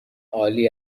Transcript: عالی